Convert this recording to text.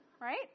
Right